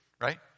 right